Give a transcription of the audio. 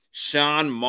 Sean